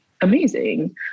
amazing